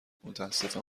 متاسفم